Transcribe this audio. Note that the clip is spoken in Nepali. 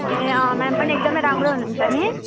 ए अँ म्याम पनि एकदमै राम्रो हुनुहुन्छ नि